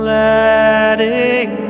letting